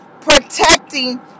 protecting